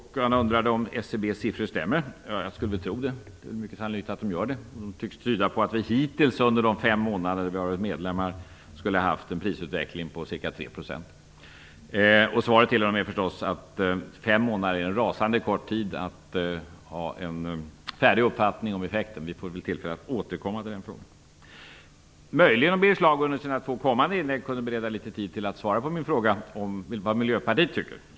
Han undrade också om SCB:s siffror stämmer. Ja, jag skulle väl tro det - det är mycket sannolikt. De tycks peka på att vi hittills, under de fem månader som Sverige har varit medlem, skulle ha haft en prisutveckling om ca 3 %. Svaret till honom är förstås att fem månader är en rasande kort tid för att man skall kunna ha en färdig uppfattning om effekten. Vi får väl tillfälle att återkomma till den frågan. Möjligen kunde Birger Schlaug under sina två kommande inlägg ägna litet tid till att svara på min fråga om vad Miljöpartiet tycker.